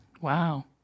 Wow